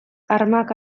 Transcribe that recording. armak